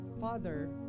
Father